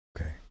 Okay